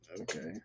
Okay